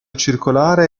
circolare